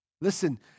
Listen